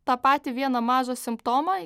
tą patį vieną mažą simptomą